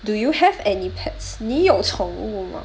do you have any pets 你有宠物吗